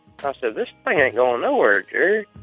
but said, this thing ain't going nowhere, jerry.